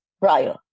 prior